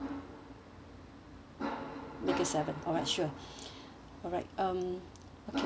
make it seven alright sure alright mm okay